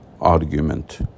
argument